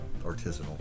artisanal